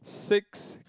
six